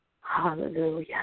Hallelujah